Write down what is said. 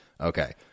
Okay